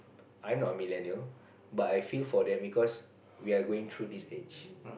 I'm not a millennial but I feel for them because we are going through this age